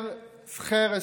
(אומר בצרפתית ובספרדית: